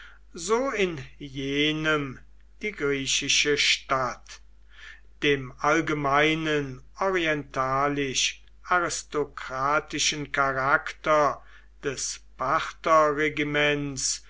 so in jenem die griechische stadt dem allgemeinen orientalisch aristokratischen charakter des partherregiments